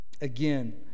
again